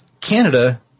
Canada